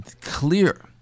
clear